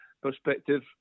perspective